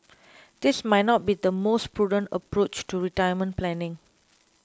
this might not be the most prudent approach to retirement planning